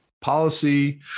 policy